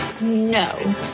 No